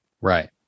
right